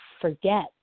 forget